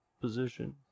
position